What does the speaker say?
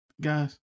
guys